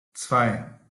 zwei